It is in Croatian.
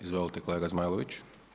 Izvolite kolega Zmajlović.